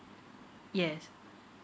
yes